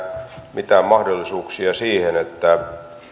mitään mahdollisuuksia siihen että